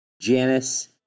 Janice